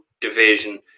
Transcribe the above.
division